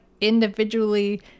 individually